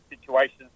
situations